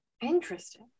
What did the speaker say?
interesting